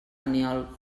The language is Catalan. aniol